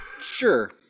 Sure